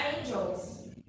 angels